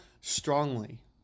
strongly